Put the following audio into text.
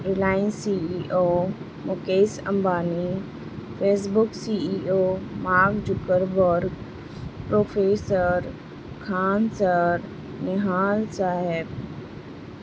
Reliance C E O Mukesh Ambani Facebook C E O Mark Zuckerberg professor Khan sir Nihal Sahib